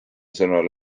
sõnul